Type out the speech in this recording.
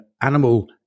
animal